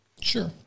Sure